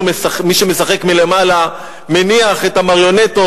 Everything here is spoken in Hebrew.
כשמי שמשחק למעלה מניח את המריונטות